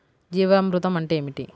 జీవామృతం అంటే ఏమిటి?